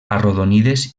arrodonides